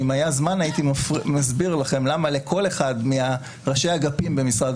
ואם היה זמן הייתי מסביר לכם למה לכל אחד מראשי האגפים במשרד